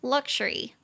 Luxury